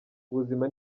ubuzima